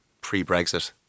pre-Brexit